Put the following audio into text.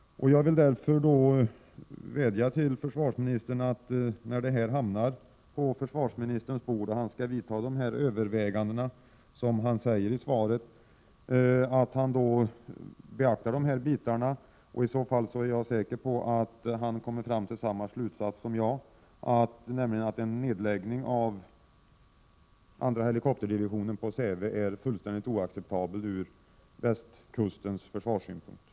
Jag vädjar till försvarsministern att beakta de här synpunkterna när detta ärende hamnar på försvarsministerns bord och han skall göra de överväganden som han nämner i sitt svar. Jag är säker på att han i så fall kommer fram till samma slutsats som jag, nämligen att en nedläggning av andra helikopterdivisionen på Säve är ur försvarssynpunkt fullkomligt oacceptabel när det gäller västkusten.